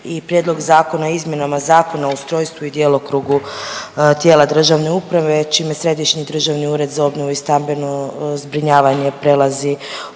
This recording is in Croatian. i Prijedlog zakona o izmjenama Zakona o ustrojstvu i djelokrugu tijela državne uprave čime Središnji državni ured za obnovu i stambeno zbrinjavanje prelazi